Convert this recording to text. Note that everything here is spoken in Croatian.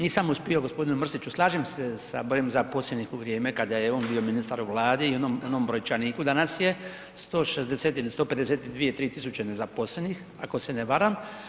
Nisam uspio g. Mrsiću, slažem se sa brojem zaposlenih u vrijeme kada je on bio ministar u Vladi i onom brojčaniku, danas je 160 ili 152, 3 tisuće nezaposlenih, ako se ne varam.